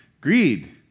greed